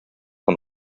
von